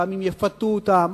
גם אם יפתו אותם.